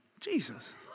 Jesus